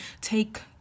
take